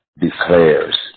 declares